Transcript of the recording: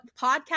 podcast